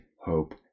hope